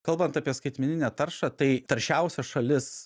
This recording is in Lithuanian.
kalbant apie skaitmeninę taršą tai taršiausia šalis